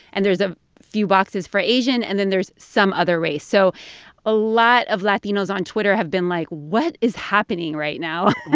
and there's a few boxes for asian, and then there's some other race. so a lot of latinos on twitter have been like, what is happening right now?